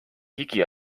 higi